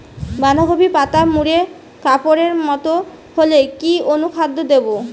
বাঁধাকপির পাতা মুড়ে কাপের মতো হলে কি অনুখাদ্য দেবো?